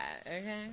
Okay